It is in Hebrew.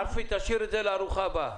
ארפי, תשאיר את זה לארוחה הבאה,